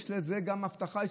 יש לזה גם הבטחה,